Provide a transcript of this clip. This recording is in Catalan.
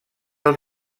els